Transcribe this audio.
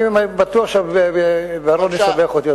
אני בטוח שבר-און ישבח אותי,